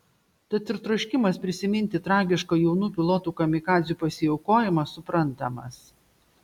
tad ir troškimas prisiminti tragišką jaunų pilotų kamikadzių pasiaukojimą suprantamas